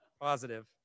positive